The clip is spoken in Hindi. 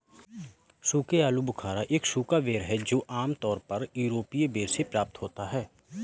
सूखे आलूबुखारा एक सूखा बेर है जो आमतौर पर यूरोपीय बेर से प्राप्त होता है